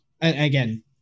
again